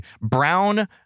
brown